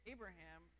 Abraham